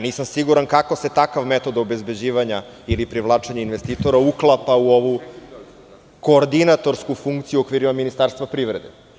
Nisam siguran kako se takav metod obezbeđivanja ili privlačenje investitora uklapa u ovu koodinatorsku funkciju u okvirima Ministarstva privrede?